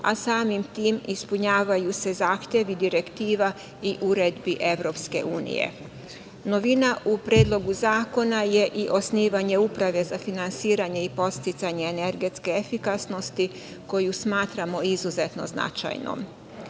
a samim tim ispunjavaju se zahtevi direktiva i uredbi EU.Novina u Predlogu zakon je i osnivanje uprave za finansiranje i podsticanje energetske efikasnosti koju smatramo izuzetno značajnom.U